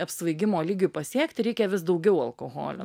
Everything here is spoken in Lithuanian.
apsvaigimo lygiui pasiekti reikia vis daugiau alkoholio